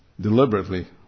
deliberately